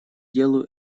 делаю